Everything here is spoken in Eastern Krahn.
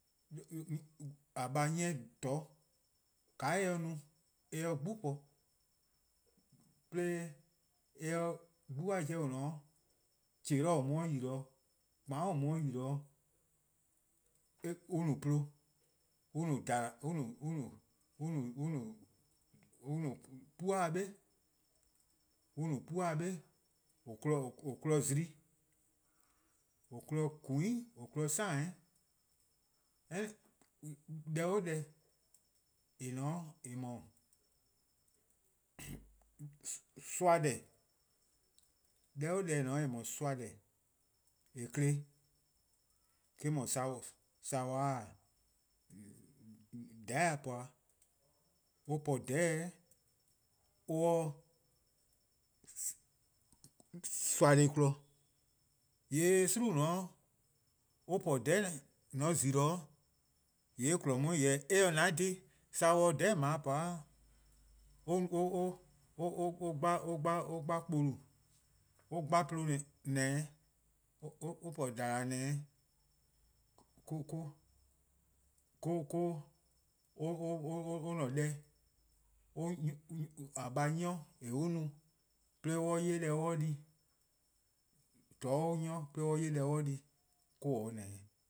:a :baa' 'nyi-eh 'toror' :ka eh 'ye-a no 'de eh 'ye-a 'gbu po. 'de 'gbu-a 'jeh :dao' :telor' :or mu-a 'de yi-dih-', :kpamu' :on mu-a 'de yi-dih-', on no pluh, on no 'puon' 'be, on no 'puon' on kpon-a zimi, :on kpon-a :kuu'+, :on kpon-a samu'+, deh 'o deh eh :ne-a 'o :eh 'dhu-a' soa-deh-' :yee' eh kpon-eh. eh-: 'dhu saworn-a :dhororn'+-a po-a. Or po :dhororn'+ or 'ye soa-deh+ kpon. :yee' :gwie: :eh :ne-a 'o on po :dhororn'+ 'weh :mor :on :zi-dih 'o:yee' en kpon :on 'weh jorwor: eh :se an dhih saworn se :dhororn'+ :dao' po or gba kpolu: or 'gba pluh :ne 'o, or po :dhala: :ne 'o. or-a deh :a :baa' nyi-or 'de or 'ye-a deh or di-a, 'toror' or 'mui-or 'de or 'ya-a deh or 'di-a or-a' 'o :ne 'o.